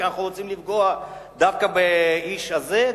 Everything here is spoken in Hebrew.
כי אנחנו רוצים לפגוע דווקא באיש הזה,